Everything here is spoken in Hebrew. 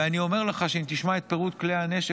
ואני אומר לך שאם תשמע את פירוט כלי הנשק